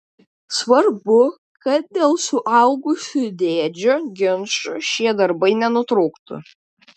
svarbu kad dėl suaugusių dėdžių ginčų šie darbai nenutrūktų